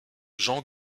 jean